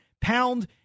Pound